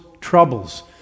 troubles